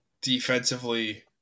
defensively